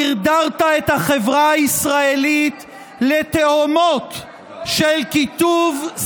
דרדרת את החברה הישראלית לתהומות של קיטוב,